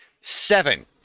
Seven